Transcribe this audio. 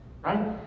right